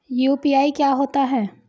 UPI क्या होता है?